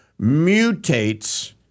mutates